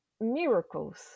miracles